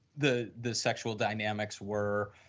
the the sexual dynamics were